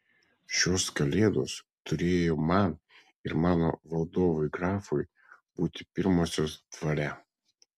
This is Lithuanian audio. šios kalėdos turėjo man ir mano valdovui grafui būti pirmosios dvare